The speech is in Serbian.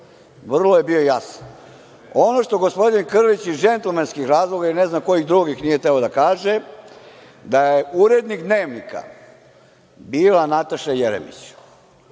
Vrlo je bio jasan. Ono što gospodin Krlić, iz džentlmenskih razloga ili ne zna kojih drugih, nije hteo da kaže da je urednik Dnevnika bila Nataša Jeremić.